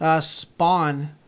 Spawn